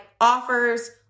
offers